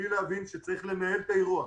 בלי להבין שצריך לנהל את האירוע.